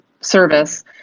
service